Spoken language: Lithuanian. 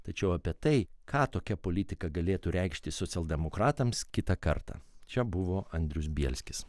tačiau apie tai ką tokia politika galėtų reikšti socialdemokratams kitą kartą čia buvo andrius bielskis